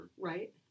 Right